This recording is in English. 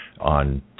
on